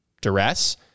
duress